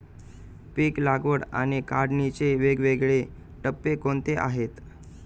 पीक लागवड आणि काढणीचे वेगवेगळे टप्पे कोणते आहेत?